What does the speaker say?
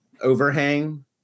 Overhang